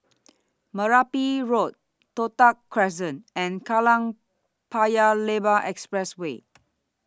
Merpati Road Toh Tuck Crescent and Kallang Paya Lebar Expressway